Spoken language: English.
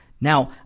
Now